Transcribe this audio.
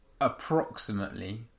approximately